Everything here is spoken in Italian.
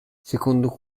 secondo